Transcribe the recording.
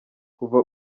kuva